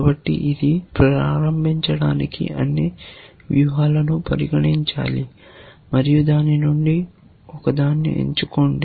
కాబట్టి ఇది ప్రారంభించడానికి అన్ని వ్యూహాలను పరిగణించాలి మరియు దాని నుండి ఒకదాన్ని ఎంచుకోండి